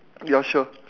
ya sure